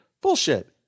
Bullshit